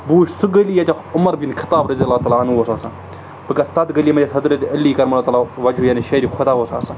بہٕ وٕچھِ سُہ گٔلی ییٚتہِ عمر بِن خطاب رضی اللہ تعالیٰ عنہُ اوس آسان بہٕ گژھٕ تَتھ گٔلی منٛز یَتھ حضرَت علی کرما تعالیٰ ہُک وجہ یعنی شیرِ خۄدا اوس آسان